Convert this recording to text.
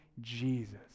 Jesus